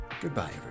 goodbye